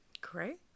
Great